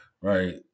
right